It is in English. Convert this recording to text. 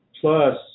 plus